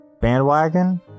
bandwagon